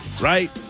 Right